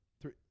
Three